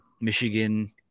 Michigan